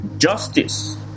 justice